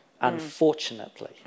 unfortunately